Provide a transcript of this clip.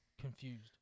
confused